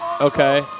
Okay